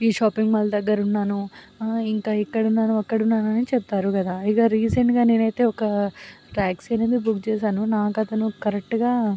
ఈ shopping mall దగ్గర ఉన్నాను ఇంకా ఇక్కడ ఉన్నాను అక్కడ ఉన్నాను అని చెప్తారు కదా ఇక రీసెంట్గా నేను అయితే ఒక ట్యాక్సీ అనేది బుక్ చేసాను నాకు అతను కరెక్ట్గా